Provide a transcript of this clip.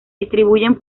distribuyen